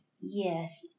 Yes